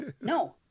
no